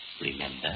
remember